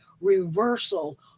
reversal